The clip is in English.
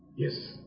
Yes